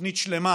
תוכנית שלמה,